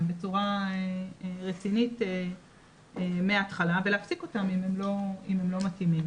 בצורה רצינית מהתחלה ולהפסיק אותם אם הם לא מתאימים.